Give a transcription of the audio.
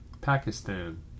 Pakistan